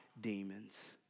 demons